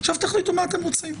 תחליטו מה אתם רוצים.